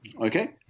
Okay